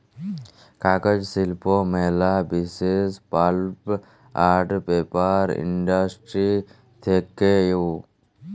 কাগজ শিল্প ম্যালা বিসেস পাল্প আন্ড পেপার ইন্ডাস্ট্রি থেক্যে হউ